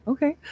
Okay